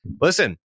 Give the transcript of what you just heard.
listen